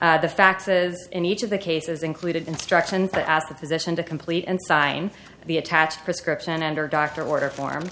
the faxes in each of the cases included instructions to ask the position to complete and sign the attached prescription and or doctor order form